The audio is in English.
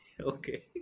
Okay